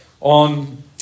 on